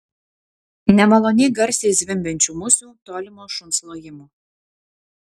nemaloniai garsiai zvimbiančių musių tolimo šuns lojimo